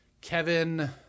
Kevin